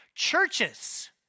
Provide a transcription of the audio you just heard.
churches